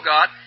God